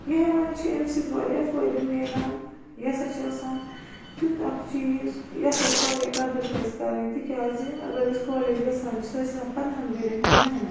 یہ ہیوان چھُ امہِ سۭتۍ واریاہ فٲیدٕ میلان یہ ہسا چھُ آسان تیُتھ اکھ چِیز یتھ أسۍ واریاہ قدِر پٔزِ کرِن تِکیازِ اگر أسۍ کالیج گژھان چھِ سُہ چھِ آسان پنٛدہنٚ ورین ہِنٛز محنت